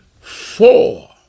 Four